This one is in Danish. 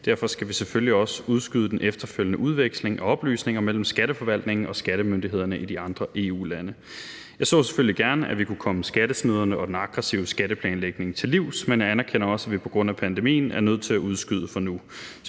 Derfor skal vi selvfølgelig også udskyde den efterfølgende udveksling af oplysninger mellem skatteforvaltningen og skattemyndighederne i de andre EU-lande. Jeg så selvfølgelig gerne, at vi kunne komme skattesnyderne og den aggressive skatteplanlægning til livs, men jeg anerkender også, at vi på grund af pandemien er nødt til at udskyde det for nu